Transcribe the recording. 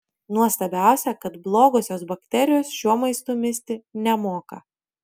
nuostabiausia kad blogosios bakterijos šiuo maistu misti nemoka